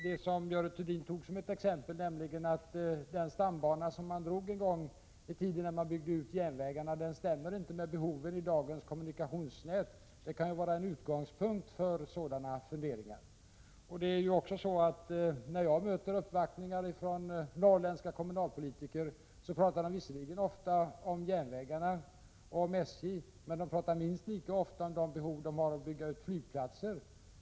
Det som Görel Thurdin tog som ett exempel, nämligen att den stambana som man drog då man en gång i tiden byggde ut järnvägarna inte stämmer med behoven i dagens kommunikationsnät. Det kan ju vara en utgångspunkt för sådana här funderingar. När jag möter uppvaktningar från norrländska kommunalpolitiker pratar de visserligen ofta om järnvägarna och om SJ, men de pratar minst lika ofta om behovet av att bygga ut flygplatser.